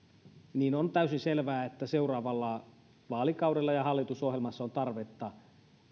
niin on täysin selvää että seuraavalla vaalikaudella ja hallitusohjelmassa on varmasti tarvetta